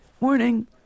Morning